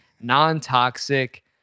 non-toxic